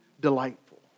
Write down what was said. delightful